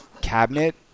cabinet